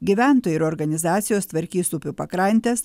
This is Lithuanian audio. gyventojai ir organizacijos tvarkys upių pakrantes